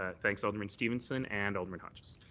ah thanks, alderman stevenson and alderman hodges.